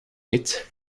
niet